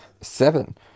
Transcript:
Seven